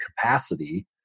capacity